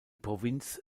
provinz